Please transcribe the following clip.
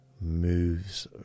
moves